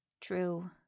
True